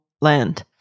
land